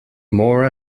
more